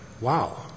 Wow